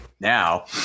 now